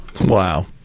Wow